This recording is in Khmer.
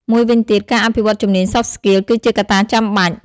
មួយវិញទៀត ការអភិវឌ្ឍជំនាញ soft skill គឺជាកត្តាចាំបាច់។